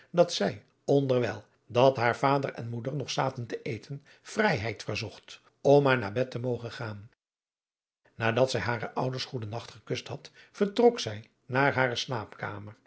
dat zij onderwijl dat haar vader en moeder nog zaten te eten vrijheid verzocht om maar naar bed te mogen gaan nadat zij hare ouders goeden nacht gekust had vertrok zij naar hare slaapkamer